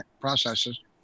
processes